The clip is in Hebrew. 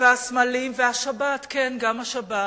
והסמלים והשבת, כן, גם השבת,